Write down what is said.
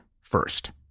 first